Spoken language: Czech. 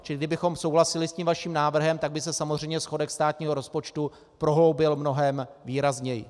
Čili kdybychom souhlasili s tím vaším návrhem, tak by se samozřejmě schodek státního rozpočtu prohloubil mnohem výrazněji.